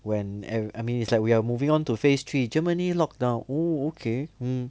when err I mean it's like we are moving on to phase three germany locked down oh okay mm